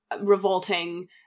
revolting